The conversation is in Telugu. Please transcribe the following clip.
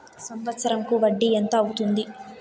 సంవత్సరం కు వడ్డీ ఎంత అవుతుంది?